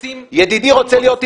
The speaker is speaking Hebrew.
ידידי רוצה להיות ענייני?